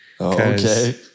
Okay